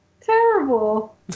terrible